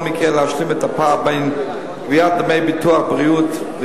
מקרה להשלים את הפער בין גביית דמי ביטוח בריאות,